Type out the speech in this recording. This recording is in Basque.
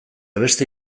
beste